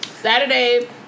Saturday